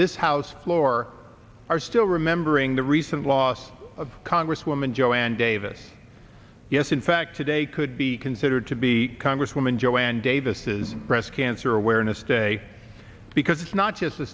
this house floor are still remembering the recent loss of congresswoman joanne davis yes in fact today could be considered to be congresswoman jo ann davis is breast cancer awareness day because it's not just th